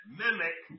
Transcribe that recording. mimic